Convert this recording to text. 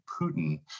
Putin